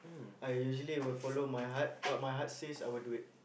I usually will follow my heart what my heart says I will do it